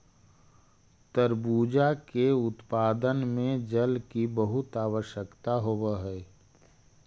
तरबूजा के उत्पादन में जल की बहुत आवश्यकता होवअ हई